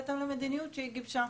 בהתאם למדיניות שהיא גיבשה.